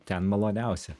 ten maloniausia